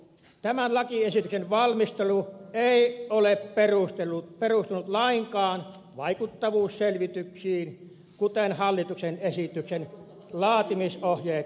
tämän lakiesityksen valmistelu ei ole perustunut lainkaan vaikuttavuusselvityksiin kuten hallituksen esityksen laatimisohjeet edellyttävät